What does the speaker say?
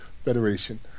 Federation